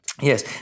Yes